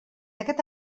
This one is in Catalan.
aquest